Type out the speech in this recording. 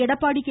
Edappadi K